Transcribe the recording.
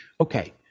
Okay